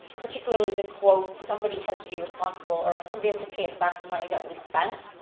particularly the quote somebody has to be responsible, or somebody has to pay us back the money that we spent.